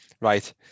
right